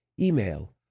email